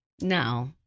No